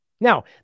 Now